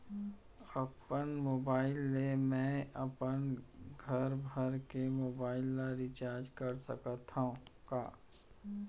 अपन मोबाइल ले मैं अपन घरभर के मोबाइल ला रिचार्ज कर सकत हव का?